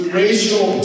racial